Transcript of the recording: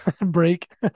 break